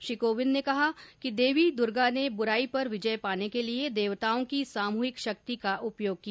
श्री कोविंद ने कहा कि देवी दुर्गा ने बुराई पर विजय पाने के लिए देवताओंकी सामुहिक शक्ति का उपयोग किया